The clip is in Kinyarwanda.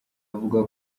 avuga